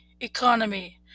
Economy